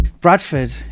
bradford